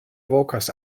vokas